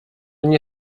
nie